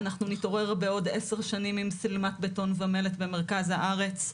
אנחנו נתעורר בעוד עשר שנים עם שילמת בטון ומלט במרכז הארץ.